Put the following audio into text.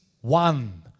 one